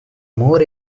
more